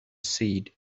seed